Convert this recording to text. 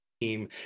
team